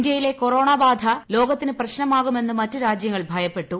ഇന്ത്യയിലെ കൊറോണ ബാധ ലോകത്തിന് പ്രശ്നമാകുമെന്ന് മറ്റു രാജ്യങ്ങൾ ഭയപ്പെട്ടു